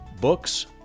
Books